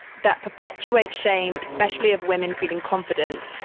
that perpetuates shame, especially of women feeling confident.